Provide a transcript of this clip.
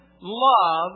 love